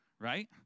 right